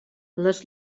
les